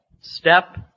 step